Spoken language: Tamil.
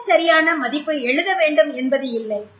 மிகச்சரியான மதிப்பை எழுதவேண்டும் என்பது இல்லை